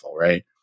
Right